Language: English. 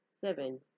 seven